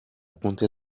compter